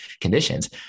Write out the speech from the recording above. conditions